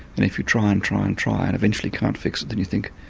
and if you try and try, and try and eventually can't fix it then you think,